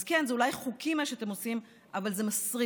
אז כן, זה אולי חוקי מה שאתם עושים, אבל זה מסריח.